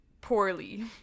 poorly